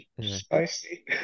spicy